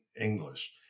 English